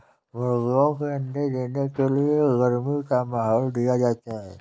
मुर्गियों के अंडे देने के लिए गर्मी का माहौल दिया जाता है